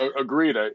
Agreed